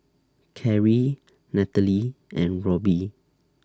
Karrie Nathaly and Robby